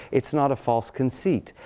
it's not a false conceit.